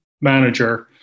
manager